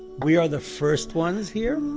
we are the first ones here